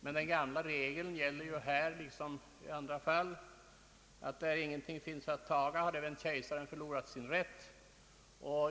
Men liksom i andra fall gäller den gamla regeln att där ingenting finns att taga har även kejsaren förlorat sin rätt.